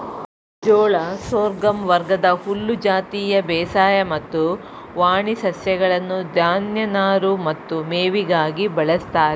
ಜೋಳ ಸೋರ್ಗಮ್ ವರ್ಗದ ಹುಲ್ಲು ಜಾತಿಯ ಬೇಸಾಯ ಮತ್ತು ವಾಣಿ ಸಸ್ಯಗಳನ್ನು ಧಾನ್ಯ ನಾರು ಮತ್ತು ಮೇವಿಗಾಗಿ ಬಳಸ್ತಾರೆ